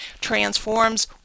Transforms